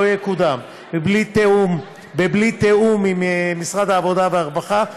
יקודם בלי תיאום עם משרד העבודה והרווחה,